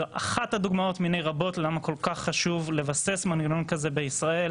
זוהי אחת הדוגמאות מיני רבות ללמה כל כך חשוב לבסס מנגנון כזה בישראל,